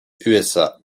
usa